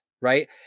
right